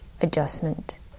adjustment